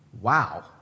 Wow